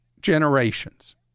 generations